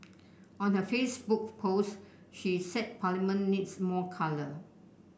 on her Facebook post she said Parliament needs more colour